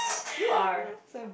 you are